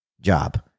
job